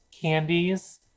candies